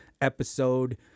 episode